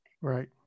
right